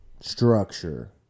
structure